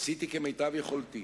עשיתי כמיטב יכולתי,